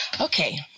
Okay